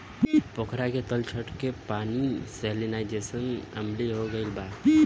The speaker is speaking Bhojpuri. पोखरा के तलछट के पानी सैलिनाइज़ेशन से अम्लीय हो गईल बा